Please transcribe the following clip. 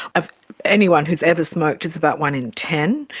of anyone who has ever smoked it's about one in ten,